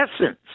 essence